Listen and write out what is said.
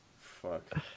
Fuck